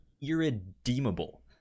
Irredeemable